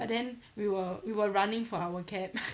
but then we were we were running for our cab